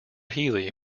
healy